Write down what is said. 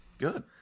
Good